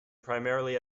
primarily